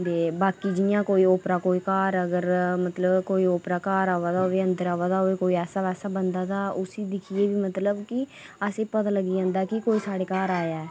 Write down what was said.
ते बाकी जि'यां कोई ओपरा कोई घर अगर मतलब कोई ओपरा घर औऐ दा होऐ कोई अंदर औऐ दा होऐ कोई ऐसै वैसा पासै बंदा उसी दिक्खियै मतलब कि असें ई पता लगी जंदा कि कोई साढ़े घर आया ऐ